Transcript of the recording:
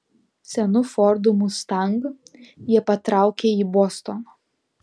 senu fordu mustang jie patraukė į bostoną